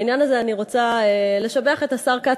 בעניין הזה אני רוצה לשבח את השר כץ,